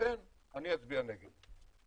ולכן אני אצביע נגד.